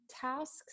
tasks